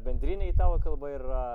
bendrinė italų kalba ir yra